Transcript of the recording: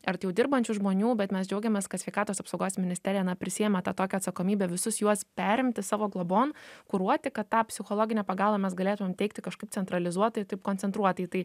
ar tai jau dirbančių žmonių bet mes džiaugiamės kad sveikatos apsaugos ministerija na prisiima tą tokią atsakomybę visus juos perimti savo globon kuruoti kad tą psichologinę pagalbą mes galėtumėm teikti kažkaip centralizuotai taip koncentruotai tai